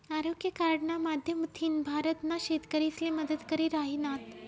आरोग्य कार्डना माध्यमथीन भारतना शेतकरीसले मदत करी राहिनात